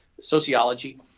sociology